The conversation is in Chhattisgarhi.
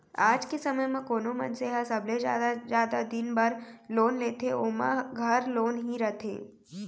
आज के समे म कोनो मनसे ह सबले जादा जादा दिन बर लोन लेथे ओमा घर लोन ही रथे